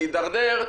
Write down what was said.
נידרדר,